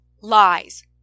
lies